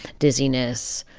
dizziness,